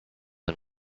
and